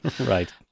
Right